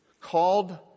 called